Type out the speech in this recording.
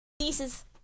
Pieces